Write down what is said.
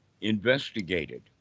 investigated